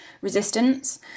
resistance